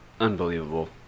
unbelievable